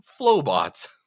Flowbots